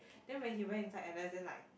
then when he went inside N_S then like